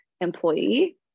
employee